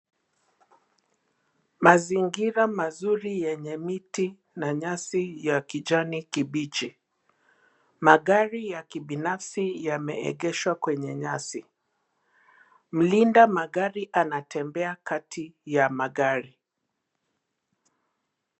Mazingira mazuri yenye miti na nyasi ya kijani kibichi. Magari ya kibinafsi yameegeshwa kwenye nyasi. Mlindamagari anatembea kati ya magari.